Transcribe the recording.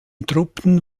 truppen